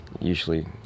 usually